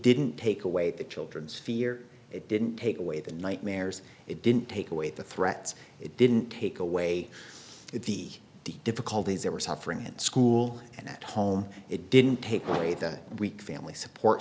didn't take away the children's fear it didn't take away the nightmares it didn't take away the threats it didn't take away the difficulties they were suffering in school and at home it didn't take away the weak family support